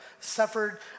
suffered